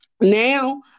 now